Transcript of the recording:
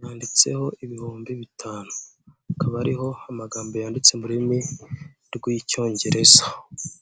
yanditseho ibihumbi bitanu, akaba ariho amagambo yanditse mu rurimi rw'icyongereza.